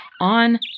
on